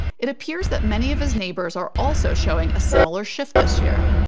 it appears that many of his neighbors are also showing a similar shift this year.